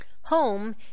Home